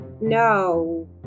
no